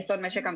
בוקר טוב,